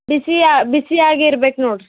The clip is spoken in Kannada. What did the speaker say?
ಬಿಸಿ ಯಾ ಬಿಸಿಯಾಗಿ ಇರ್ಬೇಕು ನೋಡ್ರೀ